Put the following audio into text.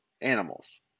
animals